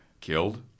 Killed